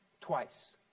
twice